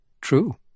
True